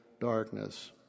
darkness